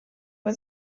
was